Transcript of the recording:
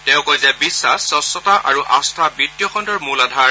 তেওঁ কয় যে বিখাস স্কচ্ছতা আৰু আস্থা বিত্তীয় খণ্ডৰ মূল আধাৰ